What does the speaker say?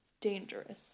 dangerous